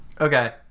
Okay